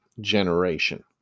generation